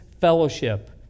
fellowship